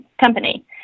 company